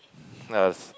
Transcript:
yes